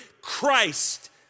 Christ